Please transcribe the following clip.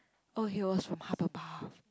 oh he was from Hufflepuff